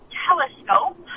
telescope